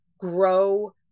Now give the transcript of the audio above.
grow